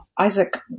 Isaac